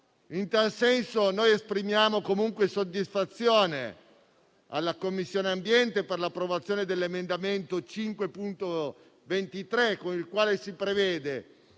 In tal senso, esprimiamo comunque soddisfazione alla Commissione ambiente per l'approvazione dell'emendamento 5.23, con il quale si prevede